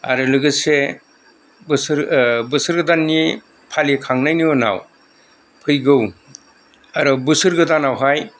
आरो लोगोसे बोसोर बोसोर गोदाननि फालिखांनायनि उनाव फैगौ आरो बोसोर गोदानावहाय